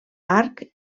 arc